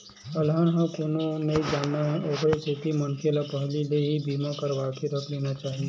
अलहन ला कोनो नइ जानय ओखरे सेती मनखे ल पहिली ले ही बीमा करवाके रख लेना चाही